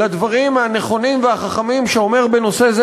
לדברים הנכונים והחכמים שאומר בנושא זה